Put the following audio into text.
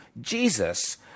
Jesus